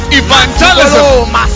evangelism